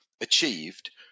achieved